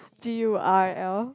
G_U_R_L